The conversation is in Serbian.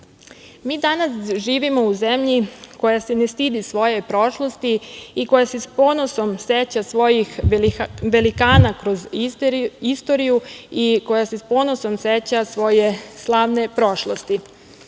danas živimo u zemlji koja se ne stidi svoje prošlosti i koja se sa ponosom seća svojih velikana kroz istoriju i koja se sa ponosom seća svoje slavne prošlosti. Srbija